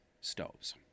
stoves